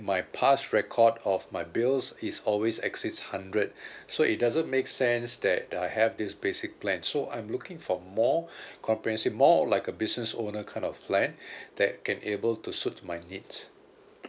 my past record of my bills is always exceeds hundred so it doesn't make sense that I have this basic plan so I'm looking for more comprehensive more of like a business owner kind of plan that can able to suit my needs